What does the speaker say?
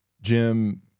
Jim